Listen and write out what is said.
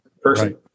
person